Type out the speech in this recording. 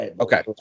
Okay